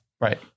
right